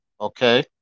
Okay